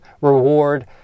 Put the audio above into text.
reward